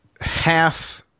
half